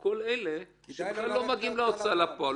כל אלה לא מגיעים להוצאה לפועל.